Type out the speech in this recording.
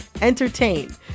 entertain